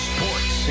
Sports